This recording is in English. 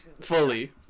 Fully